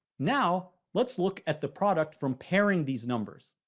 now, let's look at the product from pairing these numbers.